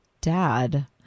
Dad